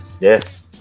Yes